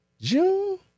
June